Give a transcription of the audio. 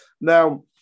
Now